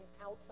outside